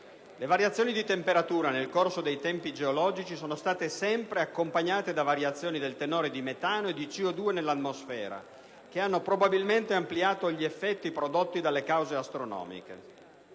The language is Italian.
Le variazioni di temperatura nel corso dei tempi geologici sono state sempre accompagnate da variazioni del tenore di metano e di CO2nell'atmosfera, che hanno probabilmente ampliato gli effetti prodotti dalle cause astronomiche.